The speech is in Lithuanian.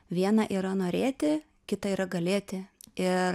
viena yra norėti kita yra galėti ir